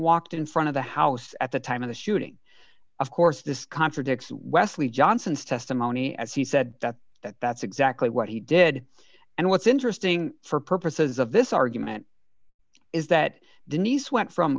walked in front of the house at the time of the shooting of course this contradicts wesley johnson's testimony as he said that that's exactly what he did and what's interesting for purposes of this argument is that denise went from